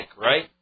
right